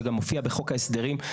שגם מופיע בחוק ההסדרים,